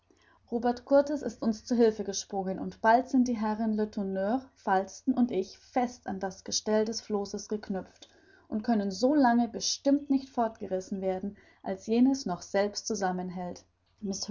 robert kurtis ist uns zu hilfe gesprungen und bald sind die herren letourneur falsten und ich fest an das gestell des flosses geknüpft und können so lange bestimmt nicht fortgerissen werden als jenes noch selbst zusammenhält